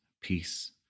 peace